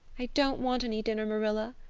i don't want any dinner, marilla,